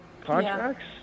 contracts